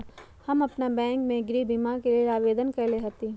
हम अप्पन बैंक में गृह बीमा के लेल आवेदन कएले हति